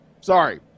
Sorry